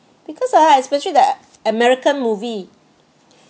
because ah especially the american movie